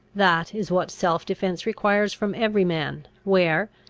that is what self-defence requires from every man, where,